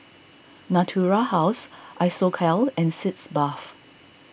Natura House Isocal and Sitz Bath